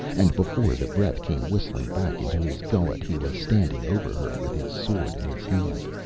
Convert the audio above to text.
and before the breath came whistling back into his gullet he was standing over her with his sword in his hand.